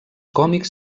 còmics